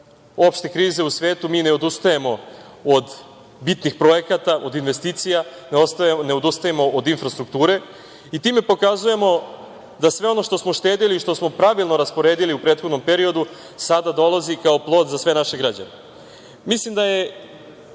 opšte krize u svetu, mi ne odustajemo od bitnih projekata, od investicija, ne odustajemo od infrastrukture i time pokazujemo da sve ono što smo štedeli i što smo pravilno rasporedili u prethodnom periodu sada dolazi kao plod za sve naše građane. Mislim